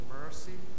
mercy